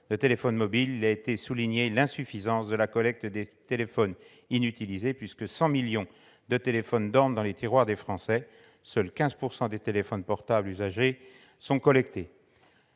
des téléphones mobiles, il a été souligné l'insuffisance de la collecte des téléphones inutilisés, puisque 100 millions de téléphones dorment dans les tiroirs des Français. Seuls 15 % des téléphones portables usagés sont collectés.